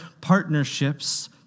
partnerships